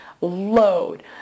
load